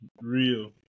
Real